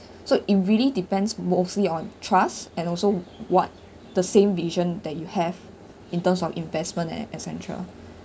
so it really depends mostly on trust and also what the same vision that you have in terms of investment and etcetera